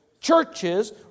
churches